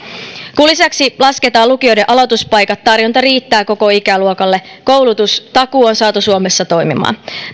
kun lisäksi lasketaan lukioiden aloituspaikat tarjonta riittää koko ikäluokalle koulutustakuu on saatu suomessa toimimaan